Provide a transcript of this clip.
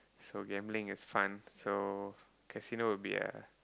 so gambling is fun so casino would be a